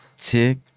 tick